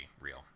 real